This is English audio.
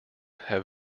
have